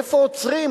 איפה עוצרים?